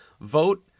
vote